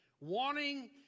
wanting